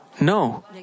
No